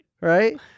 Right